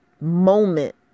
moment